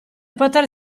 poter